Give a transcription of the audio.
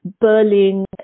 Berlin